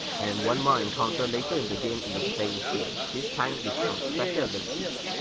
and one more encounter later in the game in a plain field, this time with some special abilities.